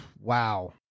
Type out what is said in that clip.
wow